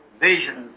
visions